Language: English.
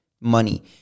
money